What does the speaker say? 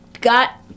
got